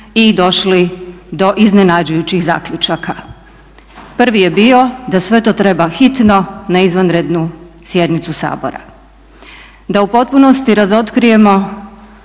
i došli do iznenađujućih zaključaka. Prvi je bio da sve to treba hitno na izvanrednu sjednicu Hrvatskoga sabora. Da u potpunosti razotkrijemo